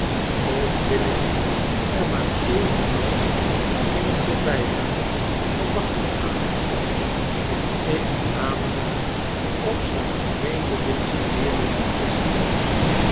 ook wil ik er maar evenals in t voorbijgaan gewag van maken dat ik me namelijk op zijn vreemdelings deerlijk